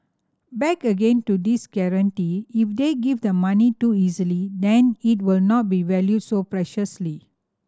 back again to this guarantee if they give the money too easily then it will not be valued so preciously